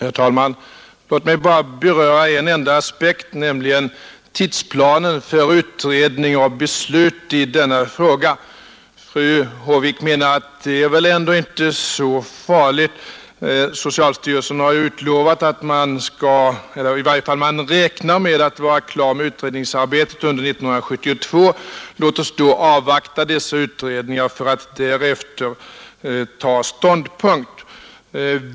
Herr talman! Låt mig bara beröra en enda aspekt, nämligen tidsplanen för utredning och beslut i denna fråga. Fru Håvik menar att det inte är så farligt — socialstyrelsen har ju sagt att man räknar med att vara klar med utredningsarbetet 1972. Låt oss då avvakta dessa utredningar för att därefter ta ståndpunkt, anser hon.